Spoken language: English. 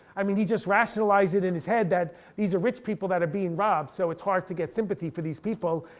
i mean he just rationalized it in his head that these are rich people that are being robbed so it's hard to get sympathy for these people,